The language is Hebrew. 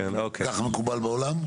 כך מקובל בעולם?